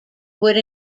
would